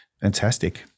fantastic